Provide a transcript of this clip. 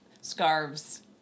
scarves